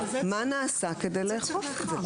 מה נעשה כדי לאכוף את זה?